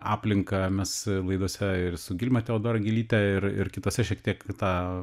aplinką mes laidose ir gilma teodora gylytė ir ir kitose šiek tiek tą